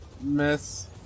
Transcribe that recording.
Miss